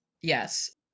Yes